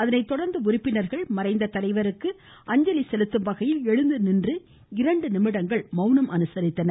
அதனை தொடர்ந்து உறுப்பினர்கள் மறைந்த தலைவருக்கு அஞ்சலி செலுத்தும் வகையில் எழுந்து நின்று இரண்டு நிமிடங்கள் அனுசரித்தனர்